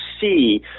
see